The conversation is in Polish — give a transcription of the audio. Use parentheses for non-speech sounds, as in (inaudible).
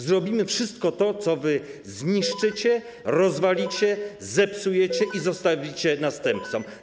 Zrobimy wszystko to, co wy zniszczycie, (noise) rozwalicie, zepsujecie i zostawicie następcom.